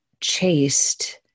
chased